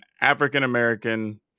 African-American